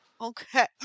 okay